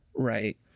right